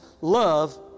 love